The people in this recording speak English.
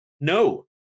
no